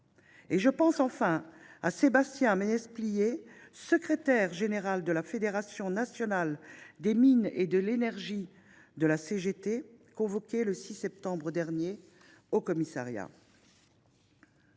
Je pense enfin à Sébastien Menesplier, secrétaire général de la Fédération nationale des mines et de l’énergie de la CGT, convoqué le 6 septembre dernier au commissariat.